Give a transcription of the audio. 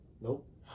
Nope